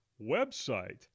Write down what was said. website